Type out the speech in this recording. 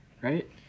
Right